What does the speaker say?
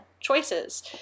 choices